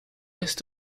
est